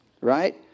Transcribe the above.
Right